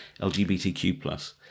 LGBTQ+